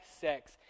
sex